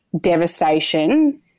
devastation